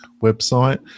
website